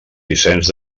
vicenç